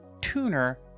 tuner